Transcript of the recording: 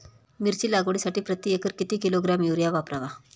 मिरची लागवडीसाठी प्रति एकर किती किलोग्रॅम युरिया वापरावा?